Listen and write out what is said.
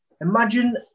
imagine